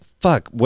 fuck